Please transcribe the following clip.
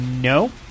No